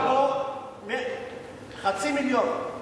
המדינה משקיעה בו חצי מיליון,